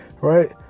right